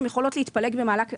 הן יכולות להתפלג במהלך הקדנציה.